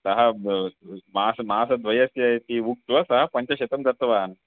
सः मास मासद्वयस्य इति उक्त्वा सः पञ्चशतं दत्तवान्